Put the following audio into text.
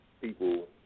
people